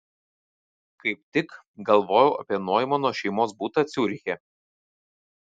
kaip tik galvojau apie noimano šeimos butą ciuriche